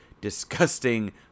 disgusting